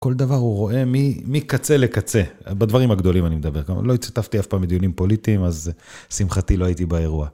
כל דבר הוא רואה מקצה לקצה, בדברים הגדולים אני מדבר כמובן. לא השתתפתי אף פעם בדיונים פוליטיים, אז לשמחתי לא הייתי באירוע.